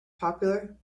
popular